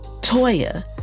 Toya